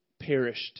perished